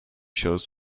şahıs